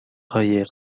قایق